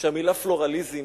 שהמלה פלורליזם,